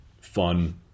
fun